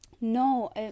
no